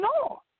no